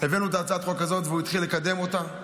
הבאנו את הצעת החוק הזאת והוא התחיל לקדם אותה.